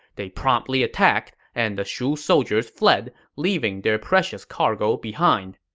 they promptly attacked, and the shu soldiers fled, leaving their precious cargo behind.